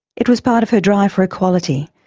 it was part of her drive for equality,